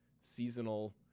seasonal